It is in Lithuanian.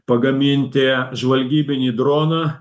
pagaminti žvalgybinį droną